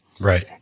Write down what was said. Right